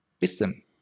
Wisdom